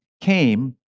came